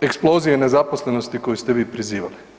eksplozije nezaposlenosti koju ste vi prizivali.